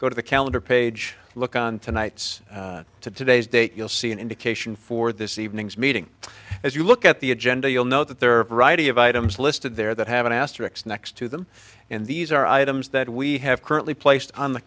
go to the calendar page look on tonight's to today's date you'll see an indication for this evening's meeting as you look at the agenda you'll note that there are a variety of items listed there that have an asterix next to them and these are items that we have currently placed on the